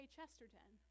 Chesterton